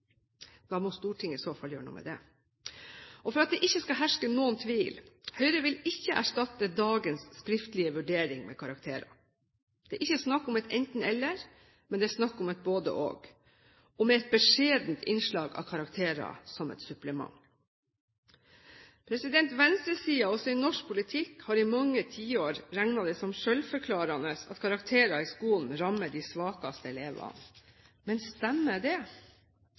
at det ikke skal herske noen tvil: Høyre vil ikke erstatte dagens skriftlige vurdering med karakterer. Det er ikke snakk om et enten–eller, det er snakk om et både–og, med et beskjedent innslag av karakterer som et supplement. Venstresiden, også i norsk politikk, har i mange tiår regnet det som selvforklarende at karakterer i skolen rammer de svakeste elevene. Men stemmer det?